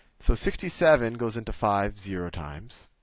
so sixty seven goes into five zero times.